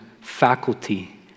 faculty